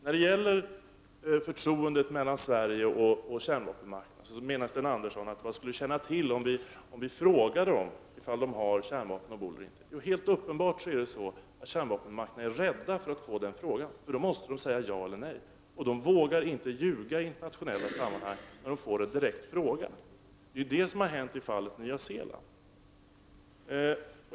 När det gäller förtroendet mellan Sverige och kärnvapenmakterna menar Sten Andersson att vi skulle få kännedom om vi frågade huruvida det finns kärnvapen ombord eller inte. Kärnvapenmakterna är helt uppenbart rädda för att få den frågan, för då måste de svara ja eller nej. De vågar emellertid inte ljuga i internationella sammanhang när de får en direkt fråga. Det är ju vad som har hänt i fallet Nya Zeeland.